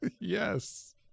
Yes